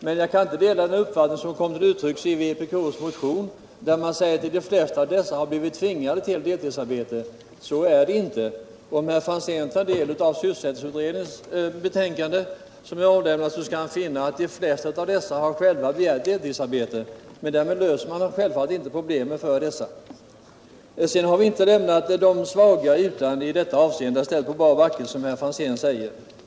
Men jag kan inte dela den uppfattning som kommer till uttryck i vpkmotionen, vari sägs att de flesta av dessa blivit tvingade till deltidsarbete. Så är inte fallet. Om herr Franzén tar del av sysselsättningsutredningens betänkande, skall han finna att de flesta av dessa människor själva begärt deltidsarbete. Men därmed löser man självfallet inte deras problem. Vi har inte lämnat de svaga i detta avseende på bar backe, som herr Franzén påstår.